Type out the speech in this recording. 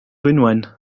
dwynwen